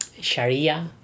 Sharia